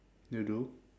you do